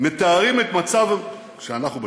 כשאנחנו בשלטון,